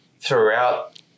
throughout